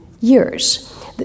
years